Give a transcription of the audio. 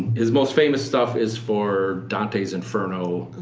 his most famous stuff is for dante's inferno,